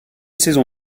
saison